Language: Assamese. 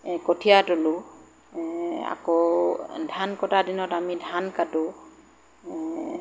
কঠীয়া তোলোঁ আকৌ ধান কটা দিনত আমি ধান কাটোঁ